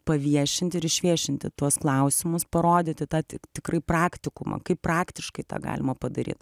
paviešinti ir išviešinti tuos klausimus parodyti tą tik tikrai praktikumą kaip praktiškai tą galima padaryt